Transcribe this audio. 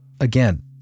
again